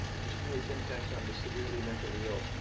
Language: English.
is through its impacts on the severely mentally ill.